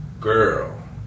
girl